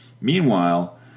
Meanwhile